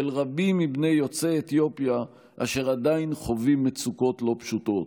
רבים מבני יוצאי אתיופיה אשר עדיין חווים מצוקות לא פשוטות.